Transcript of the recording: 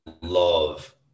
love